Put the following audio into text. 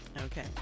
okay